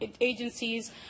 agencies